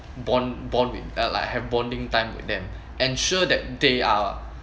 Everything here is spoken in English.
bond bond with I've like have bonding time with them ensure that they are